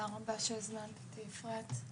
תודה רבה שהזמנת אותי, אפרת.